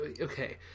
Okay